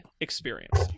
experience